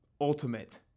ultimate